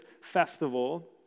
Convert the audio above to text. festival